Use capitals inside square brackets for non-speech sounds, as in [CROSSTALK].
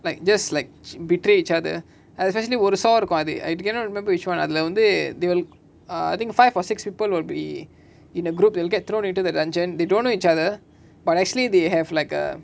like just like [NOISE] betrayed each other especially ஒரு:oru saw இருக்கு அது:iruku athu I cannot remember which one அதுலவந்து:athulavanthu they will err I think five or six people will be in a group will get thrown into the dungeon they don't know each other but actually they have like err